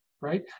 right